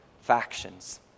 factions